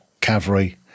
Cavalry